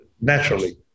naturally